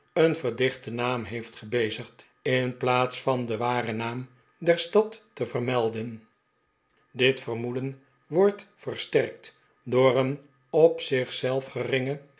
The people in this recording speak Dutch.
een verdichten naam heeft gebezigd in plaats van den waren naam der stad te vermelden dit vermoeden wordt versterkt door een op zich zelf geringe